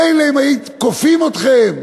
מילא אם היו כופים אתכם,